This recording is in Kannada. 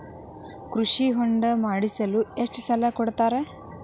ಕೃಷಿ ಹೊಂಡ ಮಾಡಿಸಲು ಎಷ್ಟು ಸಾಲ ಕೊಡ್ತಾರೆ?